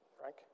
Frank